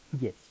Yes